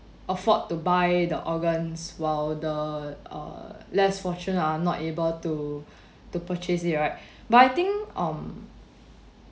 afford to buy the organs while the err less fortune are not able to to purchase it right but I think um